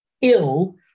ill